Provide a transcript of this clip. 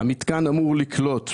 המתקן אמור לקלוט,